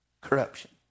Corruption